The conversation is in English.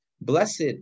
blessed